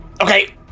okay